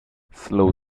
slow